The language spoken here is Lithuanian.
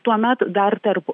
tuomet dar tarp